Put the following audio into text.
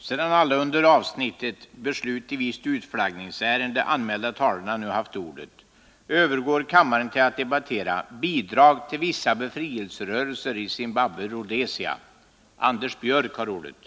Sedan alla under avsnittet Beslut i visst ”utflaggningsärende” anmälda talare nu haft ordet övergår kammaren till att debattera Bidrag till vissa befrielserörelser i Zimbabwe-Rhodesia.